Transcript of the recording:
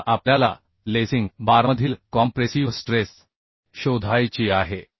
आता आपल्याला लेसिंग बारमधील कॉम्प्रेसीव्ह स्ट्रेस शोधायची आहे